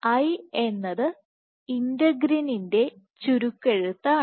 I എന്നത് ഇന്റഗ്രിനിൻറെ ചുരുക്കെഴുത്താണ്